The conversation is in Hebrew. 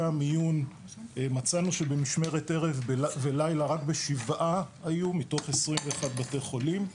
המיון מצאנו במשמרת ערב ולילה רק ב-7 היו מתוך 21 בתי חולים.